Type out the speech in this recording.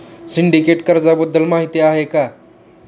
Syndicate कर्जाबद्दल माहिती आहे का?